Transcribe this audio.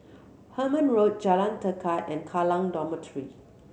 Hemmant Road Jalan Tekad and Kallang Dormitory